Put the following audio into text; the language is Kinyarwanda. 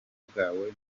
bwawe